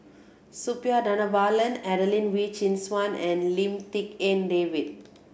Suppiah Dhanabalan Adelene Wee Chin Suan and Lim Tik En David